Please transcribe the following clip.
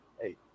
Hey